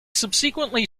subsequently